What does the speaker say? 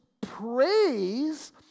praise